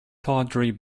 tawdry